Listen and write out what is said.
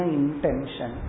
intention